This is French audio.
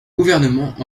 gouvernement